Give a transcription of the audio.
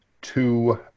Two